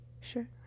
Sure